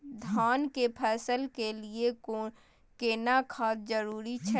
धान के फसल के लिये केना खाद जरूरी छै?